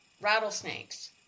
rattlesnakes